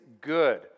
good